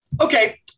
Okay